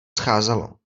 scházelo